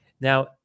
Now